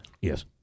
Yes